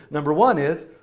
number one is,